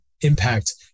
impact